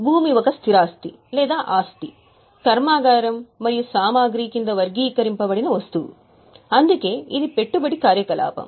భూమి ఒక స్థిర ఆస్తి లేదా ఆస్తి కర్మాగారం మరియు సామగ్రి క్రింద వర్గీకరింపబడిన వస్తువు అందుకే ఇది పెట్టుబడి కార్యకలాపం